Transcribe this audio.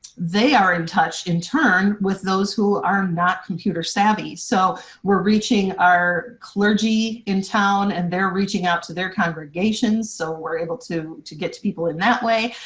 they are in touch, in turn, with those who are not computer savvy. so we're reaching our clergy in town and they're reaching out to their congregations so we're able to to get to people in that way.